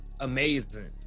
amazing